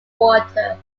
water